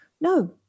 no